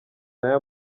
nayo